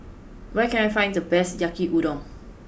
where can I find the best Yaki Udon